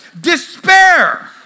Despair